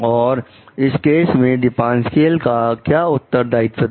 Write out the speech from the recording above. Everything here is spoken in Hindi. और इस केस में दीपासक्वेल का क्या उत्तरदायित्व था